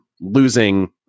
losing